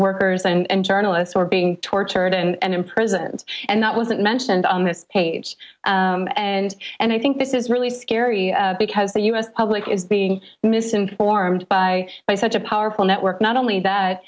workers and journalists were being tortured and imprisoned and not wasn't mentioned on this page and and i think this is really scary because the u s public is being misinformed by by such a powerful network not only that